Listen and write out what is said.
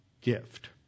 gift